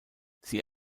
sie